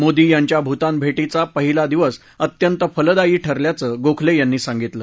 मोदी यांच्या भूतान भेटीचा पहिला दिवस अत्यंत फलदायी ठरल्याचं गोखले यांनी सांगितलं